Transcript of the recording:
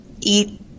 eat